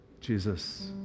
jesus